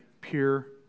pure